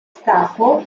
scafo